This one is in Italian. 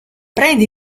prende